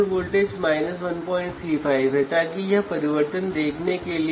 voltage करीब 54 millivolt है